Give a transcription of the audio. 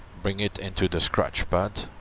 bring it into the scratchpad,